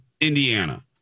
Indiana